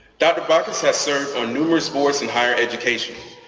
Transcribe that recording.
dr. baccus has served on numerous boards in higher education,